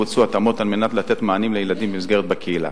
בוצעו התאמות על מנת לתת מענים לילדים במסגרות בקהילה.